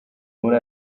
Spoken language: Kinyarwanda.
muri